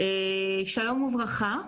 שלום וברכה.